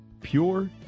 pure